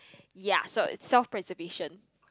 ya so it's self preservation